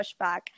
pushback